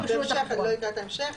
אני לא יודעת, כל מה שקשור לתחבורה.